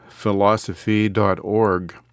philosophy.org